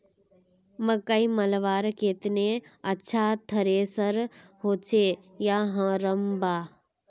मकई मलवार केते अच्छा थरेसर होचे या हरम्बा?